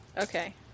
Okay